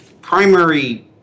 primary